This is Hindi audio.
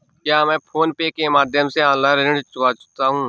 क्या मैं फोन पे के माध्यम से ऑनलाइन ऋण चुका सकता हूँ?